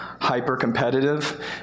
hyper-competitive